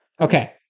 Okay